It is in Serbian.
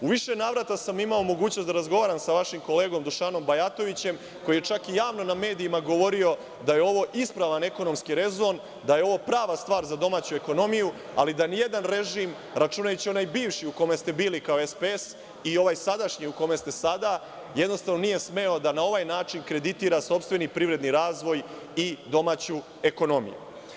U više navrata sam imao mogućnost da razgovaram sa vašim kolegom Dušanom Bajatovićem, koji je čak i javno u medijima govorio da je ovo ispravan ekonomski rezon, da je ovo prava stvar za domaću ekonomiju, ali da nijedan režim, računajući i onaj bivši u kome ste bili kao SPS i ovaj sadašnji u kome ste sada, jednostavno nije smeo da na ovaj način kreditira sopstveni privredni razvoj i domaću ekonomiju.